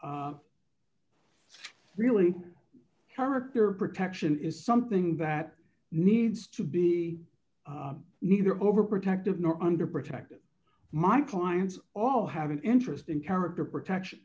really character protection is something that needs to be neither overprotective nor under protective my clients all have an interest in character protection